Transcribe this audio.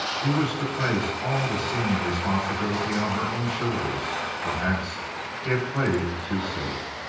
he wished to place all the seeming responsibility on her own shoulders. perhaps he had played too safe.